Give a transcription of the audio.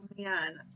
man